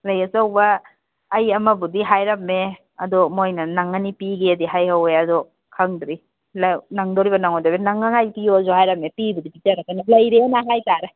ꯂꯩ ꯑꯆꯧꯕ ꯑꯩ ꯑꯃꯕꯨꯗꯤ ꯍꯥꯏꯔꯝꯃꯦ ꯑꯗꯣ ꯃꯣꯏꯅ ꯅꯪꯉꯅꯤ ꯄꯤꯒꯦꯗꯤ ꯍꯥꯏꯍꯧꯏ ꯑꯗꯣ ꯈꯪꯗ꯭ꯔꯤ ꯅꯪꯗꯣꯔꯤꯕ꯭ꯔ ꯅꯪꯉꯣꯏꯗꯔꯤꯕ꯭ꯔꯥ ꯅꯪꯅꯉꯥꯏ ꯄꯤꯌꯣꯁꯨ ꯍꯥꯏꯔꯝꯃꯦ ꯄꯤꯕꯨꯗꯤ ꯄꯤꯖꯔꯛꯀꯅꯤ ꯂꯩꯔꯦꯅ ꯍꯥꯏꯇꯥꯔꯦ